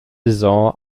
saison